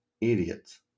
Idiots